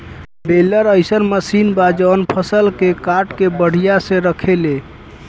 baler अइसन machine बा जवन फसल के काट के बढ़िया से रखेले